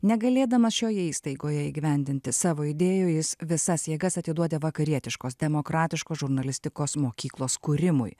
negalėdamas šioje įstaigoje įgyvendinti savo idėjų jis visas jėgas atiduoda vakarietiškos demokratiškos žurnalistikos mokyklos kūrimui